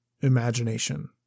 imagination